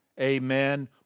Amen